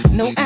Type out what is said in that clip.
no